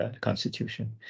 constitution